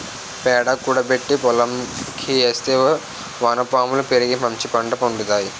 పేడ కూడబెట్టి పోలంకి ఏస్తే వానపాములు పెరిగి మంచిపంట పండుతాయి